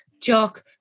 Jock